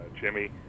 Jimmy